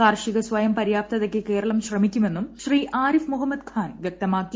കാർഷിക സ്വയം പര്യാപ്തതയ്ക്ക് കേരളം ശ്രമിക്കുമെന്നും ശ്രീ ആരിഫ് മുഹമ്മദ് ഖാൻ വ്യക്തമാക്കി